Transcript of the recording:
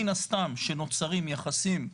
מן הסתם שנוצרים יחסים,